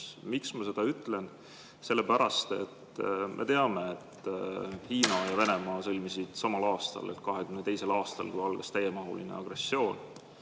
Miks ma seda ütlen? Sellepärast et me teame, et Hiina ja Venemaa sõlmisid samal aastal, 2022. aastal, kui algas täiemahuline agressioon